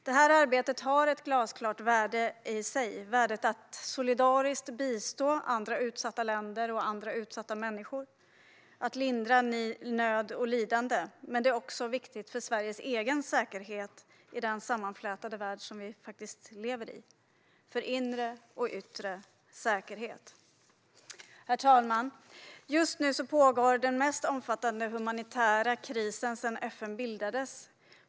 Det här arbetet har ett glasklart värde i sig: värdet att solidariskt bistå andra utsatta länder och andra utsatta människor, att lindra nöd och lidande. Men det är också viktigt för Sveriges egen säkerhet i den sammanflätade värld vi lever i, för inre och yttre säkerhet. Herr talman! Just nu pågår den mest omfattande humanitära krisen sedan FN bildades.